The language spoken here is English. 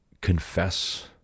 confess